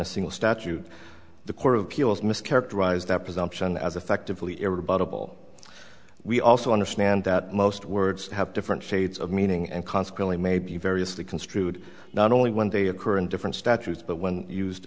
a single statute the court of appeals mischaracterized that presumption as effectively irritable we also understand that most words have different shades of meaning and consequently may be variously construed not only when they occur in different statutes but when used